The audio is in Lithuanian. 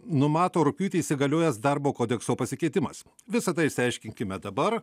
numato rugpjūtį įsigaliojęs darbo kodekso pasikeitimas visa tai išsiaiškinkime dabar